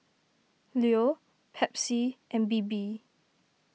Leo Pepsi and Bebe